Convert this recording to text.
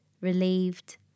relieved